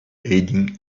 aiding